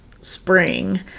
spring